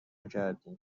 کردیم